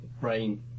Rain